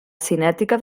cinètica